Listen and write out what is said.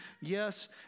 Yes